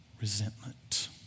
resentment